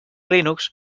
linux